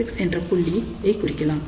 66 என்ற புள்ளியை குறிக்கலாம்